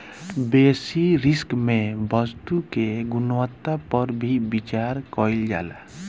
बेसि रिस्क में वस्तु के गुणवत्ता पर भी विचार कईल जाला